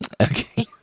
Okay